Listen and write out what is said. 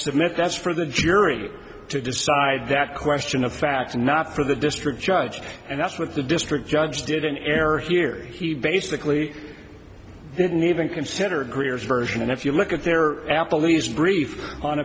submit that's for the jury to decide that question of fact and not for the district judge and that's what the district judge did an error here he basically didn't even consider greer's version and if you look at their apple these brief on